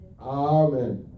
Amen